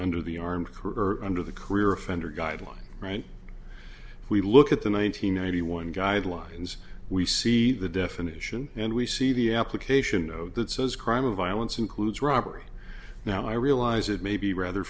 under the arm current of the career offender guidelines right if we look at the one nine hundred ninety one guidelines we see the definition and we see the application that says crime of violence includes robbery now i realize it may be rather